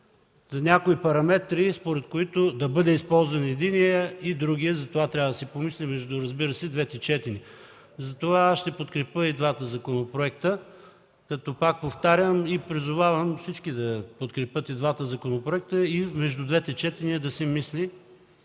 някои параметри, според които да бъде използван и единият, и другият. За това трябва да се помисли, разбира се, между двете четения. Аз ще подкрепя и двата законопроекта, като, пак повтарям и призовавам, всички да подкрепят и двата законопроекта и между двете четения да се мисли